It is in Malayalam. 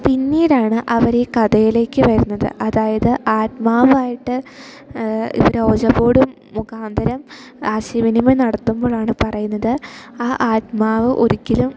പിന്നീടാണ് അവരെ കഥയിലേക്ക് വരുന്നത് അതായത് ആത്മാവായിട്ട് ഇവര് ഓജാ ബോർഡും മുഖാന്തരം ആശയവിനിയം നടത്തുമ്പോഴാണ് പറയുന്നത് ആ ആത്മാവ് ഒരിക്കലും